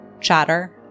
Chatter